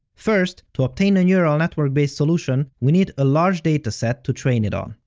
first, to obtain a neural network-based solution, we need a large dataset to train it on.